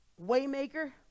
Waymaker